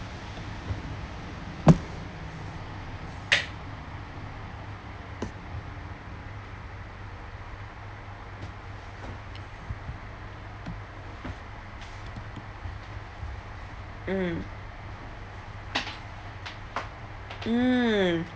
mm mm